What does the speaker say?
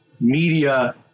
media